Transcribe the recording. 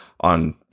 on